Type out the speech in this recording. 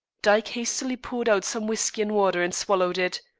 dyke hastily poured out some whiskey and water and swallowed it.